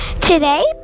Today